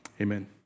amen